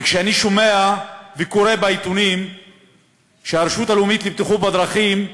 וכשאני שומע וקורא בעיתונים שהרשות הלאומית לבטיחות בדרכים,